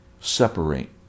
separate